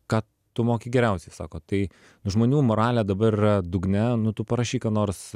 ką tu moki geriausiai sako tai žmonių moralė dabar yra dugne nu tu parašyk nors